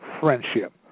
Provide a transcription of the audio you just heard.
friendship